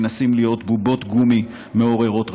מנסים להיות בובות גומי מעוררות רחמים.